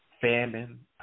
famine